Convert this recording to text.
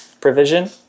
provision